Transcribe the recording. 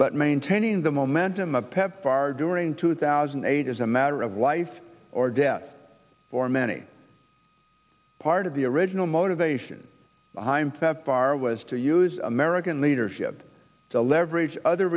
but maintaining the momentum of pepfar during two thousand and eight is a matter of life or death for many part of the original motivation behind that bar was to use american leadership to leverage other